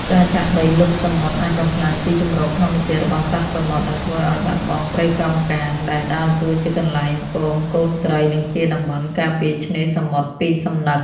ការចាក់ដីលុបសមុទ្រ អាចបំផ្លាញទីជម្រកធម្មជាតិរបស់សត្វសមុទ្រ និងធ្វើឲ្យបាត់បង់ព្រៃកោងកាង ដែលដើរតួជាកន្លែងពងកូនត្រី និងជាតំបន់ការពារឆ្នេរសមុទ្រពីសំណឹក។